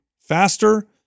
faster